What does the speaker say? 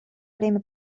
время